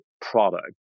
product